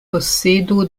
posedo